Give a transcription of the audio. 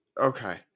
Okay